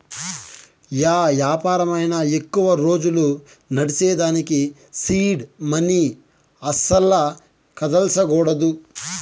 yeah యాపారమైనా ఎక్కువ రోజులు నడ్సేదానికి సీడ్ మనీ అస్సల కదల్సకూడదు